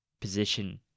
position